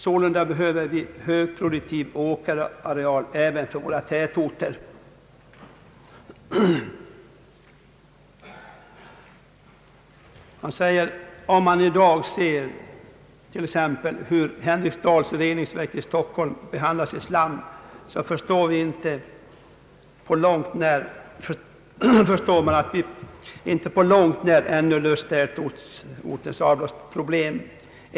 Sålunda behöver vi högproduktiv åkerareal även för våra tätorter.» Vidare säger Troedsson: »Om man i dag t.ex. ser hur Henriksdals reningsverk i Stockholm behandlar sitt slam, så förstår man att vi inte på långt när ännu löst tätortens avloppsproblem.